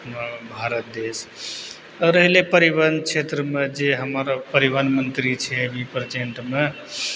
अपना भारत देश आओर रहि गेलै परिवहन क्षेत्रमे जे हमर परिवहन मन्त्री छै अभी प्रजेंटमे